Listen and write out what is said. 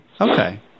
Okay